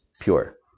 pure